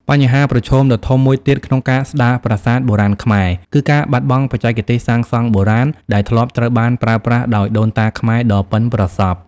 បញ្ហាប្រឈមដ៏ធំមួយទៀតក្នុងការស្ដារប្រាសាទបុរាណខ្មែរ គឺការបាត់បង់បច្ចេកទេសសាងសង់បុរាណដែលធ្លាប់ត្រូវបានប្រើប្រាស់ដោយដូនតាខ្មែរដ៏ប៉ិនប្រសប់។